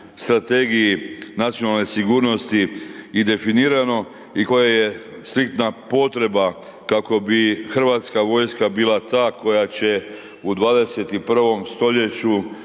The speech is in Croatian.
Strategiji nacionalne sigurnosti i definirano i koje je striktna potreba kako bi hrvatska vojska bila ta koja će u 21. st.